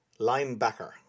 linebacker